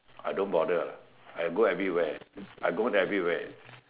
I don't bother I go everywhere I gone everywhere